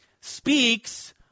speaks